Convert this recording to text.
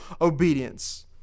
obedience